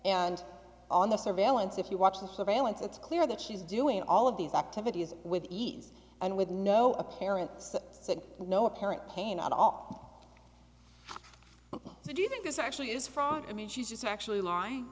and on the surveillance if you watch the surveillance it's clear that she's doing all of these activities with ease and with no apparent sick no apparent pain at all so do you think this actually is from i mean she's actually lying